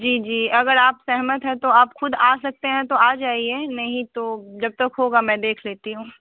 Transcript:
जी जी अगर आप सहमत हैं तो आप ख़ुद आ सकते हैं तो आ जाइए नहीं तो जब तक होगा मैं देख लेती हूँ